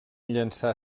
llançar